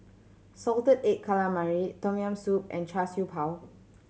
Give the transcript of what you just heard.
salted egg calamari Tom Yam Soup and Char Siew Bao